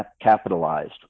capitalized